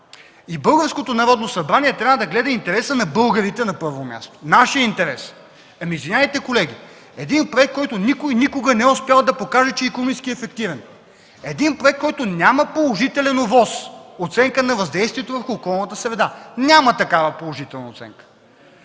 и българското Народно събрание трябва да гледа интереса на българите на първо място – нашият интерес. Извинявайте, колеги, проект, който никой никога не е успял да покаже, че е икономически ефективен, проект, който няма положителен ОВОС – оценка на въздействието върху околната среда, няма такава положителна оценка.